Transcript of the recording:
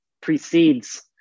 precedes